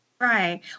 Right